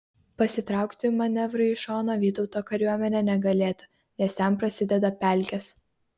pasitraukti manevrui į šoną vytauto kariuomenė negalėtų nes ten prasideda pelkės